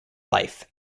life